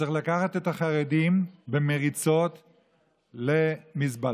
שצריך לקחת את החרדים במריצות למזבלה.